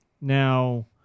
now